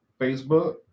Facebook